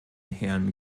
herrn